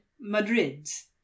Madrid's